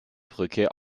brücke